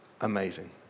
amazing